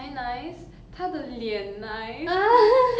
我觉得 the way she speak the way she